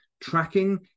tracking